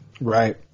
Right